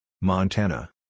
Montana